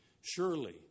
Surely